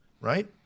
right